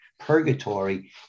purgatory